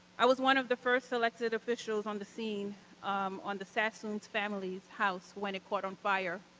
i was one of the first elected officials on the scene um on the sassoon family's house when it caught on fire.